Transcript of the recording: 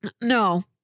no